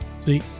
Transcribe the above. See